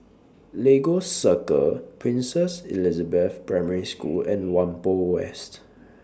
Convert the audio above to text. Lagos Circle Princess Elizabeth Primary School and Whampoa West